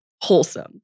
wholesome